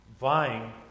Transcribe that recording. vying